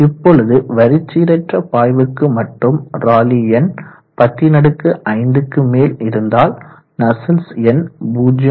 இப்பொழுது வரிச்சீரற்ற பாய்வுக்கு மட்டும் ராலி எண் 105 க்கு மேல் இருந்தால் நஸ்சல்ட்ஸ் எண் 0